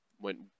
went